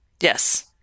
Yes